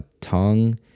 tongue